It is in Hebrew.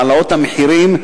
העלאת המחירים,